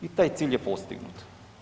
I taj cilj je postignut.